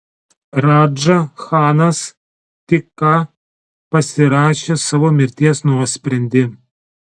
radža chanas tik ką pasirašė savo mirties nuosprendį